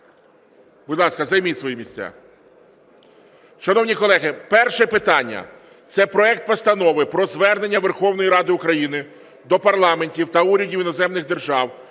Будь ласка, займіть свої місця. Шановні колеги, перше питання, це проект Постанови про Звернення Верховної Ради України до парламентів та урядів іноземних держав,